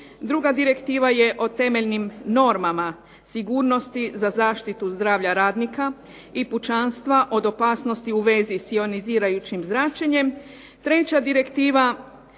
Druga direktiva je o temeljnim normama sigurnosti za zaštitu zdravlja radnika i pučanstva od opasnosti u vezi s ionizirajućim zračenjem. Treća direktiva